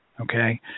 okay